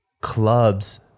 clubs